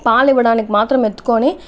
పాలు ఇవ్వడానికి మాత్రం ఎత్తుకొని